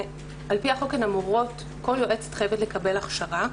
על פי החוק הן אמורות, כל יועצת חייבת לקבל הכשרה.